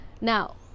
now